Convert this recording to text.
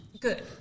Good